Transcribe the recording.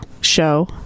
show